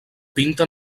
pinta